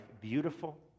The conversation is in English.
beautiful